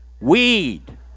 Weed